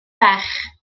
ferch